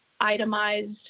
itemized